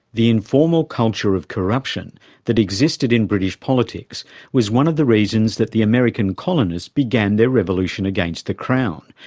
the informal culture of corruption that existed in british politics was one of the reasons that the american colonists began their revolution against the crown,